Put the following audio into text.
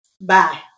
Bye